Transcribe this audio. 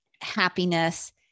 happiness